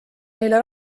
neile